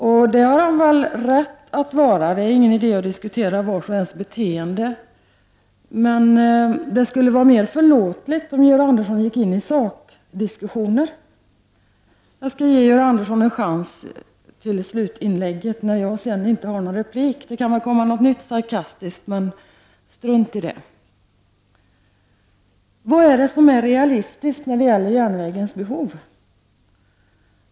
Det har han väl rätt att vara. Det är ingen idé att diskutera vars och ens beteende. Men det skulle vara mera förlåtligt om Georg Andersson åtminstone gav sig in i sakdiskussioner. Jag skall ge Georg Andersson en chans att utveckla detta i sitt slutinlägg. Men då har jag inte rätt till ytterligare replik. I och för sig kan det komma något nytt sarkastiskt — men strunt i det! Vad är realistiskt när det gäller järnvägens behov?